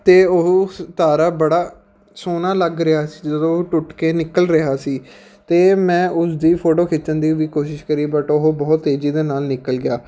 ਅਤੇ ਉਹ ਸ ਤਾਰਾ ਬੜਾ ਸੋਹਣਾ ਲੱਗ ਰਿਹਾ ਸੀ ਜਦੋਂ ਉਹ ਟੁੱਟ ਕੇ ਨਿਕਲ ਰਿਹਾ ਸੀ ਅਤੇ ਮੈਂ ਉਸਦੀ ਫੋਟੋ ਖਿੱਚਣ ਦੀ ਵੀ ਕੋਸ਼ਿਸ਼ ਕਰੀ ਬਟ ਉਹ ਬਹੁਤ ਤੇਜ਼ੀ ਦੇ ਨਾਲ ਨਿਕਲ ਗਿਆ